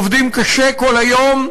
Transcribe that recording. עובדים קשה כל היום,